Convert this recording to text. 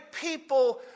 people